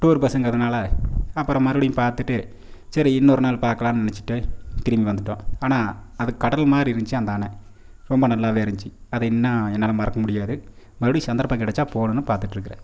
tour பஸ்ஸுங்கிறதுனால அப்புறம் மறுபடியும் பார்த்துட்டு சரி இன்னொரு நாள் பாக்கலாம்னு நெனைச்சிட்டு திரும்பி வந்துட்டோம் ஆனால் அது கடல் மாதிரி இருந்துச்சு அந்த அணை ரொம்ப நல்லா இருந்துச்சு அதை இன்னும் என்னால் மறக்க முடியாது மறுபடியும் சந்தர்ப்பம் கெடைச்சா போணும்னு பார்த்துட்டு இருக்கேன்